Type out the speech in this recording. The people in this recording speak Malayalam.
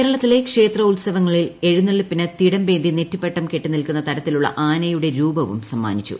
കേരളത്തിലെ ക്ഷേത്ര ഉത്സവങ്ങളിൽ എഴുന്നള്ളിപ്പിനു തിടമ്പേന്തി നെറ്റിപ്പട്ടം കെട്ടിനിൽക്കുന്ന തരത്തിലുള്ള ആനയുടെ രൂപവും സമ്മാനിച്ചു